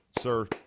sir